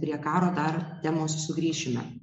prie karo dar temos sugrįšime